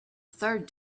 third